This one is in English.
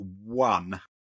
one